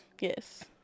Yes